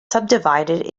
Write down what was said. subdivided